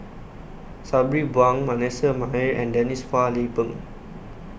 Sabri Buang Manasseh Meyer and Denise Phua Lay Peng